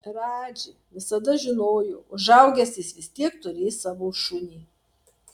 radži visada žinojo užaugęs jis vis tiek turės savo šunį